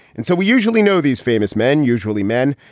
and so we usually know these famous men, usually men.